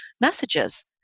messages